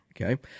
Okay